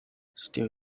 steel